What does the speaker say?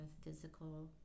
physical